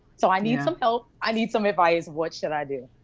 so i need some help, i need some advice what should i do?